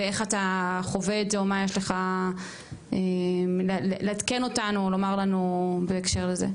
ואיך אתה חווה את זה או מה יש לך לעדכן אותנו ולומר לנו בהקשר לנושא.